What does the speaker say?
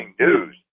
news